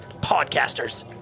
podcasters